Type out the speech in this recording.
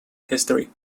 history